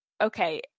okay